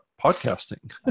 podcasting